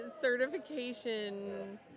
certification